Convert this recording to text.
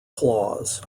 claws